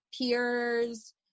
peers